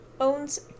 owns